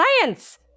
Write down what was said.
science